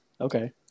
Okay